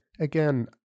again